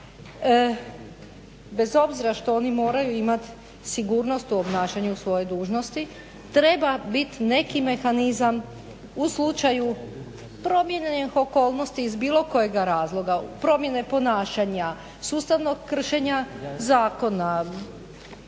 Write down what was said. Bez obzira što oni moraju imati sigurnost u obnašanju svoje dužnosti treba biti neki mehanizam u slučaju promijenjenih okolnosti iz bilo kojega razloga, promjene ponašanja, sustavnog kršenja zakona,